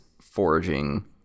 foraging